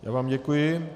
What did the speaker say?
Já vám děkuji.